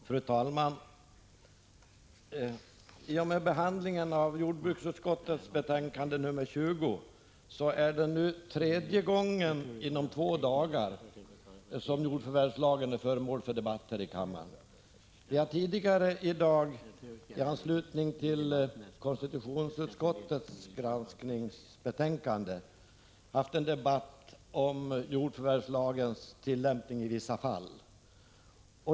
Fru talman! I och med behandlingen av jordbruksutskottets betänkande nr 20 är det nu tredje gången inom två dagar som jordförvärvslagen är föremål för debatter i kammaren. Vi har tidigare i dag i anslutning till konstitutionsutskottets granskningsbetänkande haft en debatt om jordförvärvslagens tillämpning i vissa fall.